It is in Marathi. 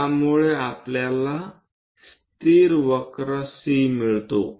ज्यामुळे आपल्याला स्थिर वक्र C मिळतो